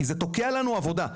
כי זה תוקע לנו עבודה.